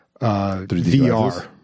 VR